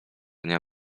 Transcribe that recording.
dnia